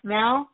now